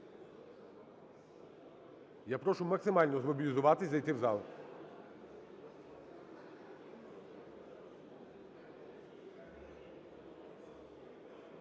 Я прошу максимально змобілізуватись і зайти в зал.